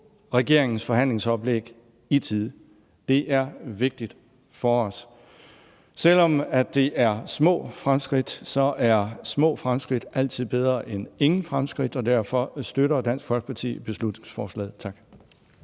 regeringens forhandlingsoplæg i tide. Det er vigtigt for os. Selv om det er små fremskridt, så er små fremskridt altid bedre end ingen fremskridt, og derfor støtter Dansk Folkeparti beslutningsforslaget. Tak.